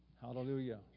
Hallelujah